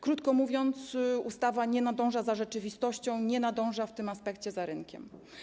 Krótko mówiąc, ustawa nie nadąża za rzeczywistością, nie nadąża w tym aspekcie za rynkiem.